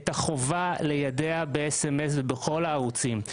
את החובה ליידע ב-SMS ובכל הערוצים.